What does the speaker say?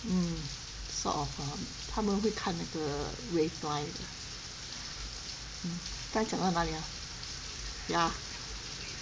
mm sort of um 他们会看那个 waveline 刚才讲到哪里 ah